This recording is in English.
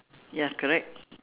ya correct